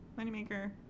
Moneymaker